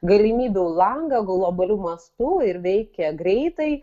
galimybių langą globaliu mastu ir veikia greitai